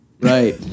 Right